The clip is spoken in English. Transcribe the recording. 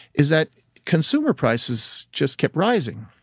is that consumer prices just kept rising,